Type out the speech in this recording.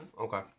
Okay